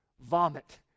vomit